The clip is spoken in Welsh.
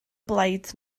blaid